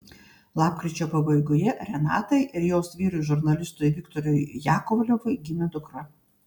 lapkričio pabaigoje renatai ir jos vyrui žurnalistui viktorui jakovlevui gimė dukra